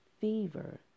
fever